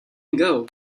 ago